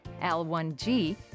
L1G